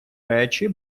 речі